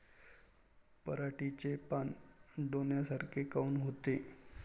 पराटीचे पानं डोन्यासारखे काऊन होते?